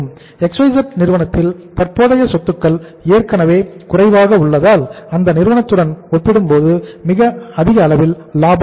XYZ Limited நிறுவனத்தில் தற்போதைய சொத்துக்கள் ஏற்கனவே குறைவாக உள்ளதால் அந்த நிறுவனத்துடன் ஒப்பிடும்போது மிக அதிக அளவில் லாபம் இருக்கும்